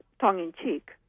tongue-in-cheek